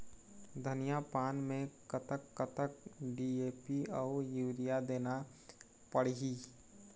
धनिया पान मे कतक कतक डी.ए.पी अऊ यूरिया देना पड़ही?